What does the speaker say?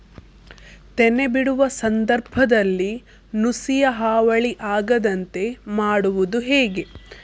ತೆನೆ ಬಿಡುವ ಸಂದರ್ಭದಲ್ಲಿ ನುಸಿಯ ಹಾವಳಿ ಆಗದಂತೆ ಮಾಡುವುದು ಹೇಗೆ?